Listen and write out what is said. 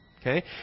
okay